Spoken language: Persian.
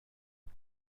نشد